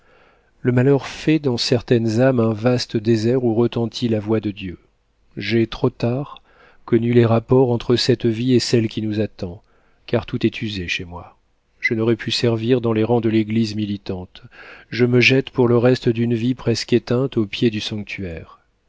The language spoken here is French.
le malheur fait dans certaines âmes un vaste désert où retentit la voix de dieu j'ai trop tard connu les rapports entre cette vie et celle qui nous attend car tout est usé chez moi je n'aurais pu servir dans les rangs de l'église militante je me jette pour le reste d'une vie presque éteinte au pied du sanctuaire